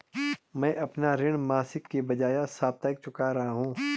मैं अपना ऋण मासिक के बजाय साप्ताहिक चुका रहा हूँ